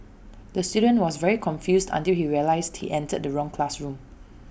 the student was very confused until he realised he entered the wrong classroom